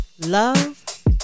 love